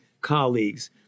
colleagues